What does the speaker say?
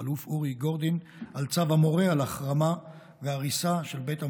אלוף אורי גורדין על צו המורה על החרמה והריסה של בית המחבל.